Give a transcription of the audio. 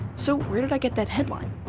so where did i get that headline?